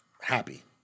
happy